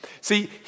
See